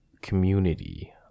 community